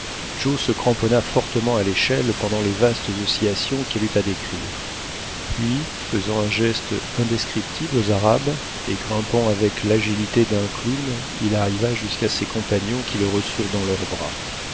joe se cramponna fortement à l'échelle pendant les vastes oscillations qu'elle eut à décrire puis faisant un geste indescriptible aux arabes et grimpant avec l'agilité d'un clown il arriva jusqu'à ses compagnons qui le reçurent dans leurs bras